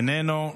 איננו,